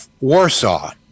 Warsaw